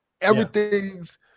Everything's